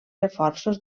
reforços